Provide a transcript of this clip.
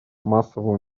массового